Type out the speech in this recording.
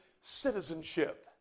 citizenship